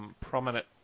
prominent